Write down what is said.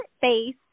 face